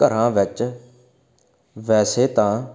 ਘਰਾਂ ਵਿੱਚ ਵੈਸੇ ਤਾਂ